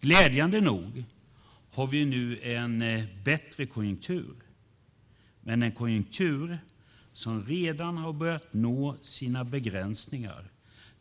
Glädjande nog har vi nu en bättre konjunktur, men en konjunktur som redan har börjat nå sina begränsningar